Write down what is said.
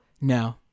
No